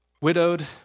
Widowed